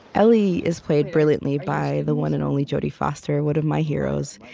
ellie is played brilliantly by the one and only jodie foster, one of my heroes,